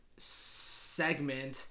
segment